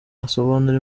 asobanura